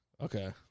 Okay